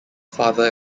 father